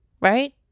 right